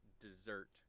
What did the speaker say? dessert